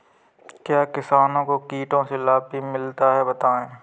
क्या किसानों को कीटों से लाभ भी मिलता है बताएँ?